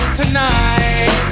tonight